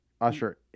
usher